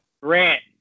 Grant